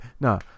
no